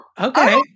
okay